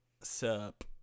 Sup